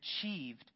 achieved